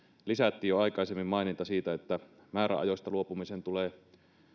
lisättiin jo aikaisemmin maininta siitä että määräajoista luopumisen tulee